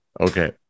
Okay